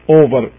over